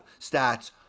stats